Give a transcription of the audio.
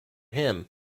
him